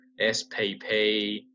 SPP